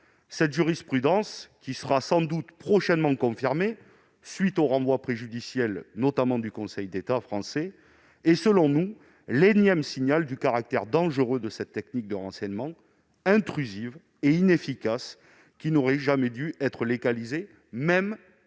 Cette jurisprudence, qui sera sans doute prochainement confirmée par l'issue donnée aux renvois préjudiciels effectués notamment par le Conseil d'État français, est selon nous l'énième signal du caractère dangereux de cette technique de renseignement intrusive et inefficace qui n'aurait jamais dû être légalisée, même sous